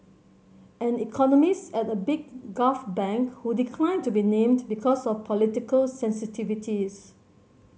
an economist at a big Gulf bank who declined to be named because of political sensitivities